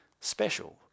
special